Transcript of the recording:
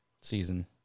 season